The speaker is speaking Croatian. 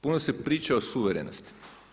Puno se priča o suverenosti.